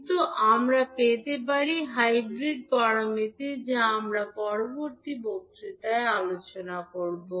কিন্তু আমরা পেতে পারি হাইব্রিড প্যারামিটার যা আমরা পরবর্তী বক্তৃতায় আলোচনা করব